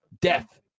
death